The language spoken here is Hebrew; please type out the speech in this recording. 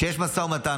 כשיש משא ומתן,